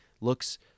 looks